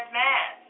mad